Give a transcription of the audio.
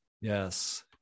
Yes